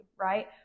right